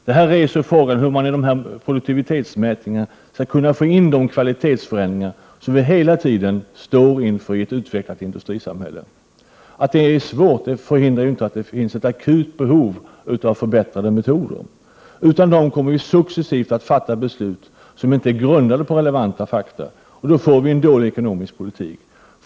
Då uppstår frågan hur man när det gäller dessa produktivitetsmätningar skall kunna få med de kvalitetsförändringar som människor i ett utvecklat industrisamhälle alltid står inför. Även om detta är svårt finns det ett akut behov av förbättrade metoder. Utan sådana kommer vi successivt att fatta beslut som inte grundas på relevanta fakta och då får vi en dålig ekonomisk politik.